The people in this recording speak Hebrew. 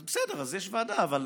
אז בסדר, אז יש ועדה, אבל